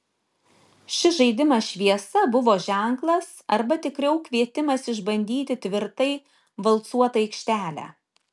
šis žaidimas šviesa buvo ženklas arba tikriau kvietimas išbandyti tvirtai valcuotą aikštelę